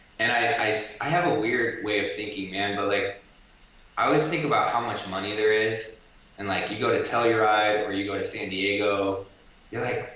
and i so i have a weird way of thinking, man, but like ah i always think about how much money there is and like you go to telluride or you go to san diego you're like,